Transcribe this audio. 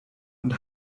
und